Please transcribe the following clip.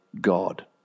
God